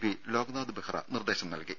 P Loknath Behera നിർദേശം നൽകി